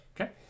Okay